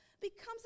becomes